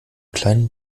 kleinen